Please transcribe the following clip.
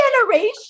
generation